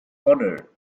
honor